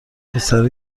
پسر